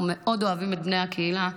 אנחנו מאוד אוהבים את בני הקהילה,